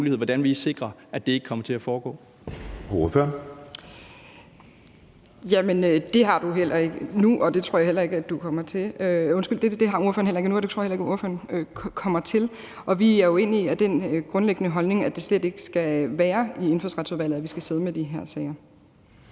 Hvordan vil I sikre, at det ikke kommer til at foregå?